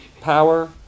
power